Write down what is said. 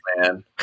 man